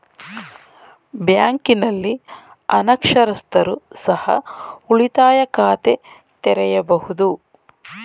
ಬ್ಯಾಂಕಿನಲ್ಲಿ ಅನಕ್ಷರಸ್ಥರು ಸಹ ಉಳಿತಾಯ ಖಾತೆ ತೆರೆಯಬಹುದು?